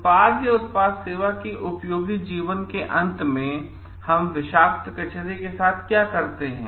उत्पाद या उत्पाद सेवा के उपयोगी जीवन के अंत में हम विषाक्त कचरे के साथ क्या करते हैं